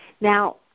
Now